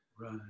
right